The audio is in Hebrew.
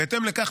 בהתאם לכך,